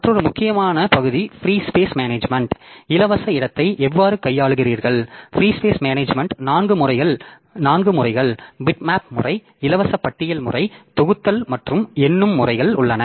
மற்றொரு முக்கியமான பகுதி ஃப்ரீ ஸ்பேஸ் மேனேஜ்மென்ட் இலவச இடத்தை எவ்வாறு கையாளுகிறீர்கள் ஃப்ரீ ஸ்பேஸ் மேனேஜ்மென்ட் நான்கு முறைகள் பிட்மேப் முறை இலவச பட்டியல் முறை தொகுத்தல் மற்றும் எண்ணும் முறைகள் உள்ளன